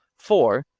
for,